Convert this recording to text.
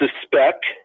suspect